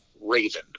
Raven